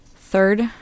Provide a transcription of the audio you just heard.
Third